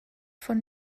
von